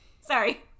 Sorry